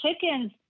chickens